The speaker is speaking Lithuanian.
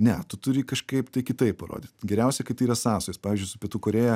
ne tu turi kažkaip tai kitaip parodyt geriausia kai tai yra sąsajos pavyzdžiui su pietų korėja